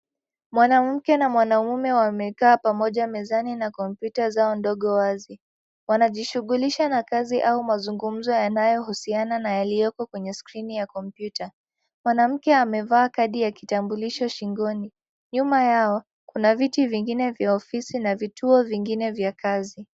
Mwanamke na mwanaume wamekaa pamoja mezani na kompyuta zao ndogo wazi. Wanajishunglisha na kazi au mazungumzo yanayohusiana na yaliyoko kwenye skrini ya kompyuta. Mwanamke amevaa kadi ya kitambulisho shingoni. Nyuma yao kuna viti vingine vya ofisi na vituo vingine vya kazi.